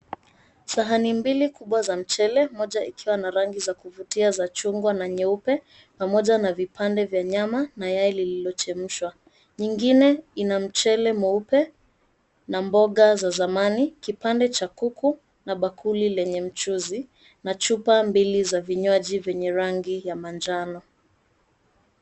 Sahani mbili kubwa za mchele mmoja ikiwa ya rangi za kuvutia za chungwa na nyeupe pamoja na vipande vya nyama na yai lililochemshwa. Nyingine ina mchele mweupe na mboga za zamani, kipande cha kuku na bakuli lenye mchuzi na chupa mbili za vinywaji vya rangi ya manjano.